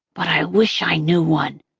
but i wish i knew one,